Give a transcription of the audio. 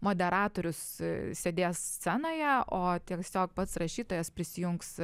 moderatorius sėdės scenoje o tiesiog pats rašytojas prisijungs